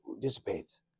dissipates